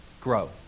grow